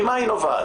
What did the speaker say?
ממה היא נובעת?